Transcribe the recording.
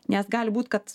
nes gali būt kad